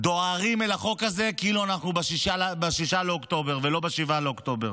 דוהרים אל החוק הזה כאילו אנחנו ב-6 באוקטובר ולא ב-7 באוקטובר.